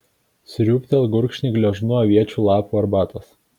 sriūbtelk gurkšnį gležnų aviečių lapų arbatos